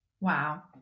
Wow